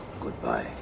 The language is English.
Goodbye